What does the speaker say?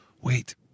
Wait